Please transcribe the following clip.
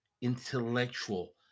intellectual